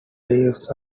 leaves